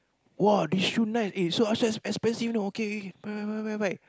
!wah! this shoe nice eh sell outside so expensive know okay K K buy buy buy